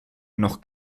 noch